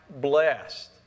Blessed